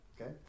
Okay